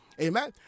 Amen